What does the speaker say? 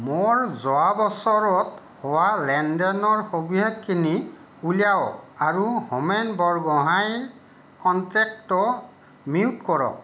মোৰ যোৱা বছৰত হোৱা লেনদেনৰ সবিশেষখিনি উলিয়াওক আৰু হোমেন বৰগোহাঞি কণ্টেক্টটো মিউট কৰক